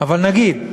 אבל נגיד,